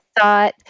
thought